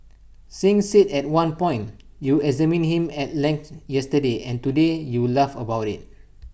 Singh said at one point you examined him at length yesterday and today you laugh about IT